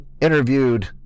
interviewed